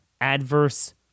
adverse